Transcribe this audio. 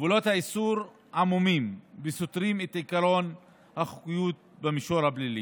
גבולות האיסור עמומים וסותרים את עקרון האחריות במישור הפלילי.